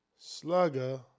Slugger